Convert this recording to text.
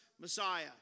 Messiah